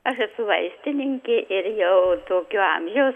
aš esu vaistininkė ir jau tokio amžiaus